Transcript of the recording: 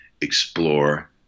explore